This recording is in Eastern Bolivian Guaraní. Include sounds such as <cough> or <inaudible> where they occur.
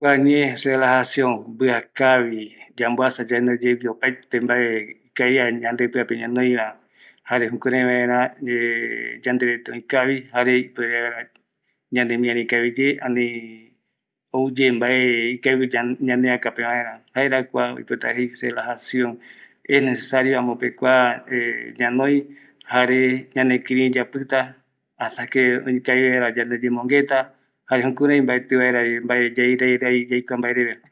kua ñee jaenungavi, mbia kavi relajacion, yamboasa yande yeigui opaete mbae ikavia mbae yande pïape ñanoiva, jare jukurai vaera <hesitation> yanderete öikavi, jare ipuere vaera ñanemiari kavi yee, anii ouye mbae ikavigue ñaneakape vaera, jaeva kua oipota jei relajacion, es nessario amope kua ñanoi jare ñanekirï yapïta, hadsta que oikavi yevaera yande yembongueta, Jare jukurai mbaetï vaeravi mbae mbae yae rai rai, yaikua mbae reve.